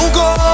go